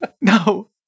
No